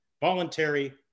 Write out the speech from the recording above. voluntary